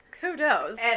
Kudos